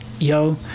Yo